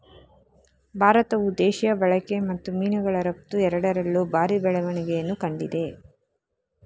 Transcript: ಭಾರತವು ದೇಶೀಯ ಬಳಕೆ ಮತ್ತು ಮೀನುಗಳ ರಫ್ತು ಎರಡರಲ್ಲೂ ಭಾರಿ ಬೆಳವಣಿಗೆಯನ್ನು ಕಂಡಿದೆ